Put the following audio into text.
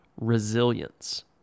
Resilience